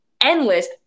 Endless